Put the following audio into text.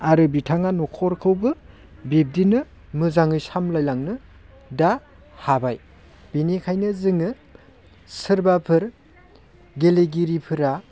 आरो बिथाङा न'खरखौबो बिबदिनो मोजाङै सामलायलांनो दा हाबाय बिनिखायनो जोङो सोरबाफोर गेलेगिरिफोरा